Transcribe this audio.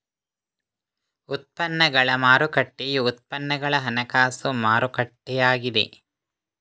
ಉತ್ಪನ್ನಗಳ ಮಾರುಕಟ್ಟೆಯು ಉತ್ಪನ್ನಗಳ ಹಣಕಾಸು ಮಾರುಕಟ್ಟೆಯಾಗಿದೆ